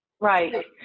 Right